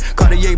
Cartier